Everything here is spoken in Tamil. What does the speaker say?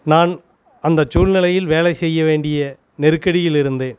நான் அந்த சூழ்நிலையில் வேலை செய்ய வேண்டிய நெருக்கடியில் இருந்தேன்